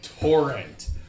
torrent